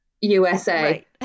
USA